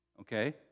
okay